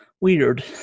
weird